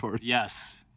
yes